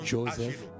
Joseph